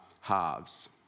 halves